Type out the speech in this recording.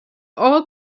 all